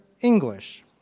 English